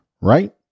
right